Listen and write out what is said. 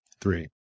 Three